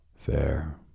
fair